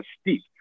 steep